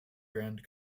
brand